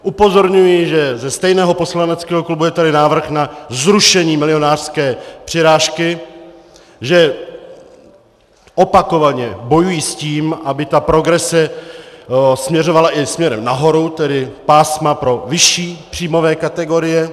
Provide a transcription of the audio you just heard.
Upozorňuji, že ze stejného poslaneckého klubu je tady návrh na zrušení milionářské přirážky, že opakovaně bojují s tím, aby ta progrese směřovala i směrem nahoru, tedy pásma pro vyšší příjmové kategorie.